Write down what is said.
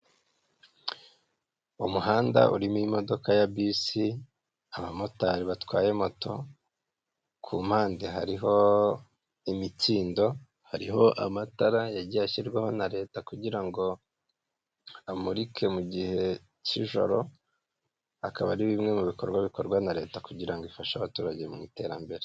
Umuhanda urimo imodoka ya bisi, abamotari batwaye moto, ku mpande hariho imikindo, hariho amatara yagiye ashyirwaho na leta kugira ngo amurike mu gihe cy'ijoro akaba ari bimwe mu bikorwa bikorwa na leta kugira ngo ifashe abaturage mu iterambere.